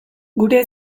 gure